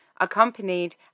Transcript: accompanied